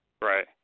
Right